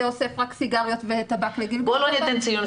זה אוסף רק סיגריות וטבק לגילגול --- בואי לא ניתן ציון.